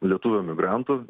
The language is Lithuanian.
lietuvių emigrantų